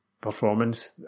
performance